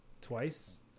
twice